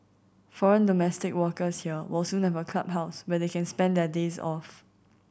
foreign domestic workers here will soon have a clubhouse where they can spend their days off